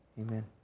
amen